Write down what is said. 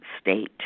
state